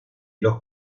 los